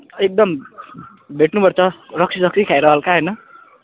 एकदम भेट्नु पर्छ रक्सी सक्सी खाएर हल्का होइन